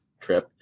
trip